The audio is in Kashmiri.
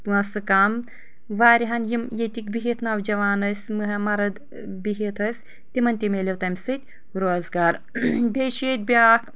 پونٛسہٕ کم واریاہن یم ییٚتیکۍ بہتھ نوجوان ٲسۍ مرد بہتھ ٲسۍ تمن تہِ مِلیو تمہِ سۭتۍ روزگار بیٚیہِ چھُ ییٚتہِ بیٛاکھ